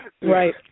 Right